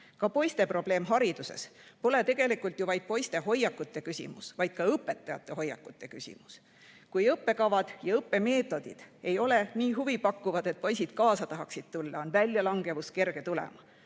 Ka poiste probleem hariduses pole tegelikult ju vaid poiste hoiakute küsimus, vaid ka õpetajate hoiakute küsimus. Kui õppekavad ja õppemeetodid ei ole nii huvipakkuvad, et poisid tahaksid kaasa tulla, on väljalangevus kerge tulema,